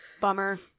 Bummer